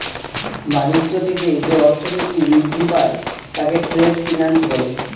বাণিজ্য থেকে যে অর্থনীতি বৃদ্ধি পায় তাকে ট্রেড ফিন্যান্স বলে